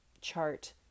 chart